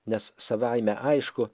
nes savaime aišku